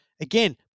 again